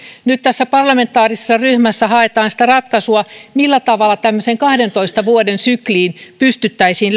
nyt tässä parlamentaarisessa ryhmässä haetaan sitä ratkaisua millä tavalla tämmöiseen kahdentoista vuoden sykliin pystyttäisiin